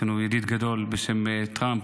יש לנו ידיד גדול בשם טראמפ,